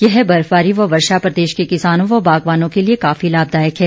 यह बर्फबारी व वर्षा प्रदेश के किसानों व बागवानों के लिए काफी लाभदायक है